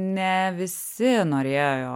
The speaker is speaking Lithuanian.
ne visi norėjo